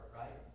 right